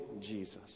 Jesus